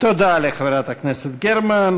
תודה לחברת הכנסת גרמן.